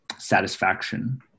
satisfaction